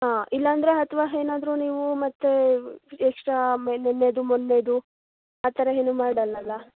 ಹಾಂ ಇಲ್ಲ ಅಂದ್ರೆ ಅಥ್ವ ಏನಾದ್ರು ನೀವು ಮತ್ತು ಎಕ್ಸ್ಟ್ರಾ ಮೆ ನಿನ್ನೆಯದು ಮೊನ್ನೆಯದು ಆ ಥರ ಏನು ಮಾಡಲ್ಲಲ್ಲ